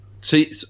see